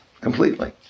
completely